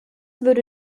würde